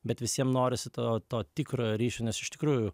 bet visiem norisi to to tikro ryšio nes iš tikrųjų